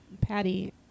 patty